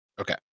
okay